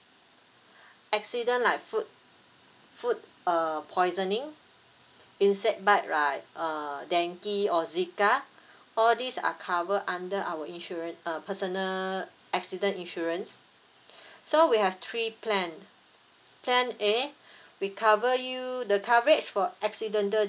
accident like food food uh poisoning insect bite like uh dengue or zika all these are cover under our insurance uh personal accident insurance so we have three plan plan A we cover you the coverage for accidental